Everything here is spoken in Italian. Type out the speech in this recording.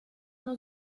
uno